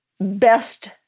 best